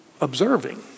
observing